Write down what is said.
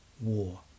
war